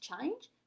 change